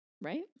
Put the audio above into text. right